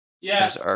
Yes